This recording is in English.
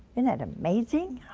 and that amazing?